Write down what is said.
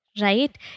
Right